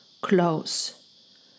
close